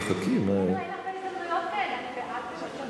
תחכי, אני מסכימה אתך.